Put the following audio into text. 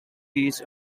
beach